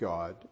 God